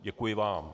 Děkuji vám.